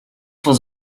was